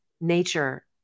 nature